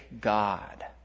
God